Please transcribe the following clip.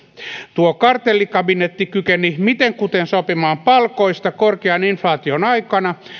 tuo kartellikabinetti kykeni miten kuten sopimaan palkoista korkean inflaation aikana